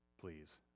please